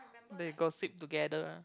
they got sit together ah